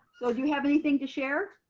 so do you have anything to share?